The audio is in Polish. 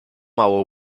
mało